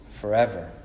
forever